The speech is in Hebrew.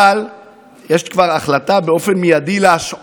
אבל יש כבר החלטה להשעות